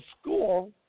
school